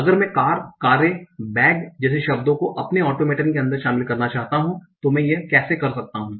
अगर मैं कार कारे बैग जैसे शब्दों को अपने ऑटोमेटन के अंदर शामिल करना चाहता हूं तो मैं यह कैसे कर सकता हूं